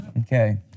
Okay